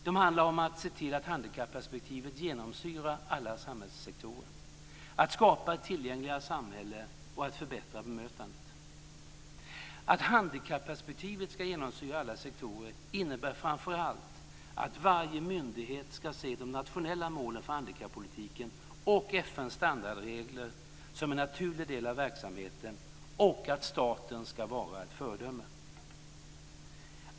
Det handlar om att se till att handikapperspektivet genomsyrar alla samhällssektorer, att skapa ett tillgängligare samhälle och att förbättra bemötandet. Att handikapperspektivet ska genomsyra alla sektorer innebär framför allt att varje myndighet ska se de nationella målen för handikappolitiken och FN:s standardregler som en naturlig del av verksamheten och att staten ska vara ett föredöme.